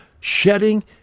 shedding